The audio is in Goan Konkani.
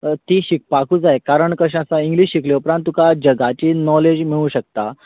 ती शिकपाक जाय कारण कशें आसा इंग्लीश शिकल्या उपरांत तुका जगाची नोलेज मेळू शकता